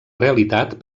realitat